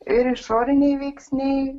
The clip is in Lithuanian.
ir išoriniai veiksniai